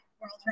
World